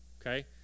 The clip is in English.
Okay